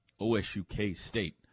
OSU-K-State